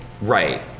Right